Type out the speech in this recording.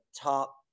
top